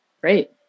Great